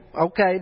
okay